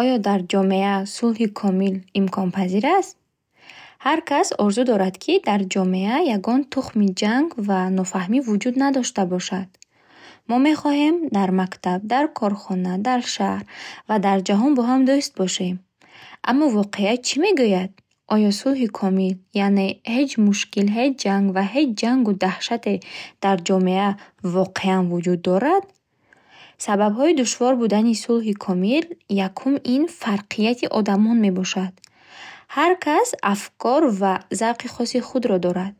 Оё дар ҷомеа сулҳи комил имконпазир аст? Ҳар кас орзу дорад, ки дар ҷомеа ягон тухми ҷанг ва нофаҳмӣ вуҷуд надошта бошад. Мо мехоҳем дар мактаб, дар корхона, дар шаҳр ва дар ҷаҳон бо ҳам дуст бошем. Аммо воқеият чи мегуяд? Оё сулҳи комил яъне ҳеҷ мушкил, ҳеҷ ҷанг ва ҳеҷ ҷангу даҳшате дар ҷомеа воқеан вуҷуд дорад? Сабабҳои душвор будани сулҳи комил, якум ин фарқияти одамон мебошад. Ҳар кас афкор ва завқи хоси худро дорад.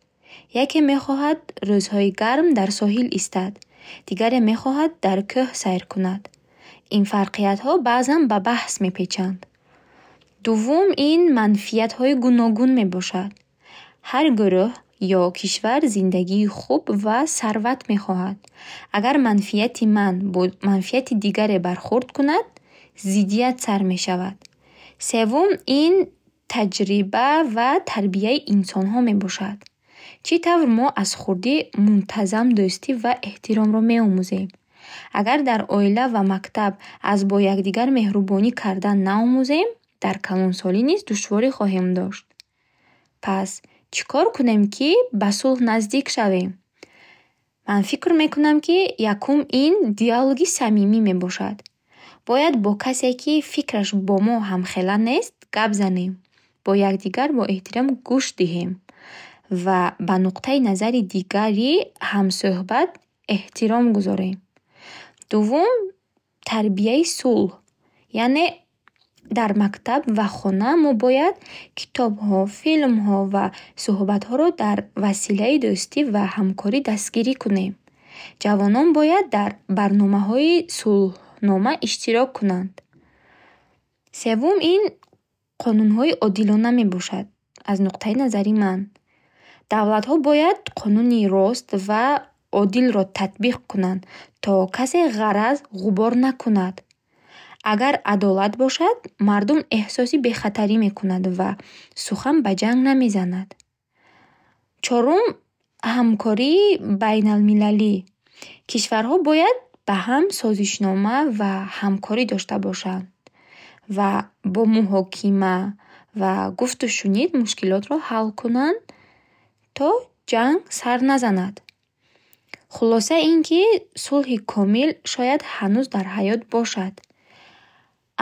Яке мехоҳад рӯзҳои гарм дар соҳил истад, дигаре мехоҳад дар кӯҳ сайр кунад. Ин фарқиятҳо баъзан ба баҳс мепечанд. Дувум ин манфиатҳои гуногун мебошад. Ҳар гурӯҳ ё кишвар зиндагии хуб ва сарват мехоҳад. Агар манфиати ман бо манфиати дигаре бархӯрд кунад, зиддият сар мешавад. Севум ин таҷриба ва тарбияи инсонҳо мебошад. Чӣ тавр мо аз хурдӣ мунтазам дӯстӣ ва эҳтиромро меомӯзем? Агар дар оила ва мактаб аз бо якдигар меҳрубонӣ кардан наомӯзем, дар калонсолӣ низ душворӣ хоҳем дошт. Пас чӣ кор кунем, ки ба сулҳ наздик шавем? Ман фикр мекунам, ки якум ин диалоги самимӣ мебошад. Бояд бо касе, ки фикраш бо мо ҳамхела нест, гап занем. Бо якдигар бо эҳтиром гӯш диҳем ва ба нуқтаи назари дигари ҳамсӯҳбат эҳтиром гузорем. Дувум тарбияи сулҳ. Яъне дар мактаб ва хона мо бояд китобҳо, филмҳо ва суҳбатҳоро дар василаи дӯстӣ ва ҳамкорӣ дастгири кунем. Ҷавонон бояд дар барномаҳои сулҳнома иштирок кунанд. Севум ин қонунҳои одилона мебошад, аз нуқтаи назари ман. Давлатҳо бояд қонуни рост ва одилро татбиқ кунанд, то касе ғараз ғубор накунад. Агар адолат бошад, мардум эҳсоси бехатарӣ мекунад ва сухан ба ҷанг намезанад. Чорум ҳамкории байналмиллалӣ. Кишварҳо бояд ба ҳам созишнома ва ҳамкорӣ дошта бошанд. Ва бо муҳокима ва гуфтушунид мушкилотро ҳал кунанд то чанг сар назанад. Хулоса ин, ки сулҳи комил шояд ҳанӯз дар хаёл бошад,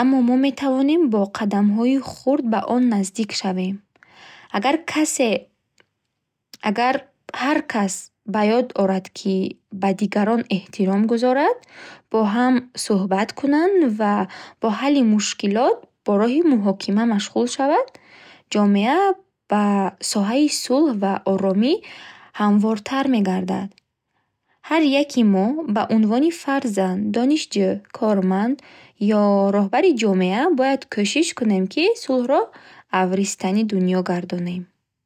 аммо мо метавонем бо қадамҳои хурд ба он наздик шавем. Агар касе… Агар ҳар кас ба ёд орад, ки ба дигарон эҳтиром гузорад, бо ҳам сӯҳбат кунад ва бо ҳали мушкилот бо роҳи муҳокима машғул шавад, ҷомеа ба соҳаи сулҳ ва оромӣ ҳамвортар мегардад. Ҳар яки мо ба унвони фарзанд, донишҷӯ, корманд ё роҳбари чомеа бояд кӯшиш кунем, ки сулҳро авристани дунё гардонем.